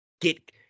get